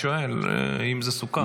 שואל אם זה סוכם.